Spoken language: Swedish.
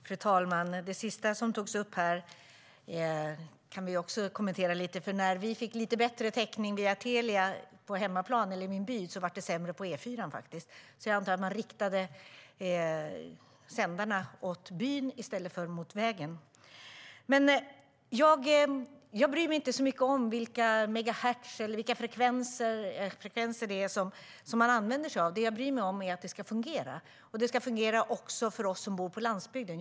Fru talman! Det sista som togs upp här kan också jag kommentera lite. När vi fick lite bättre täckning via Telia på hemmaplan i min by blev den sämre på E4:an. Jag antar att man riktade sändarna mot byn i stället för mot vägen. Jag bryr mig inte så mycket om vilka megahertz eller vilka frekvenser man använder sig av. Det jag bryr mig om är att det ska fungera, och det ska fungera också för oss som bor på landsbygden.